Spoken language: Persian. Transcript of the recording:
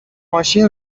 ماشین